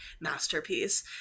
masterpiece